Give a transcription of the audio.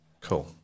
Cool